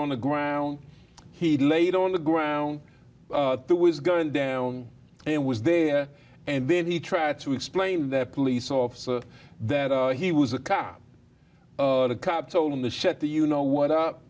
on the ground he laid on the ground that was going down and was there and then he tried to explain that police officer that he was a cop a cop told him to shut the you know what up